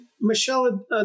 Michelle